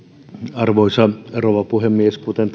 arvoisa rouva puhemies kuten